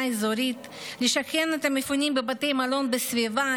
האזורית לשקם את המפונים בבתי מלון בסביבה,